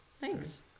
Thanks